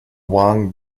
wang